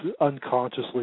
unconsciously